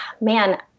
Man